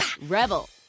Rebel